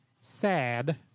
Sad